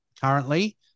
currently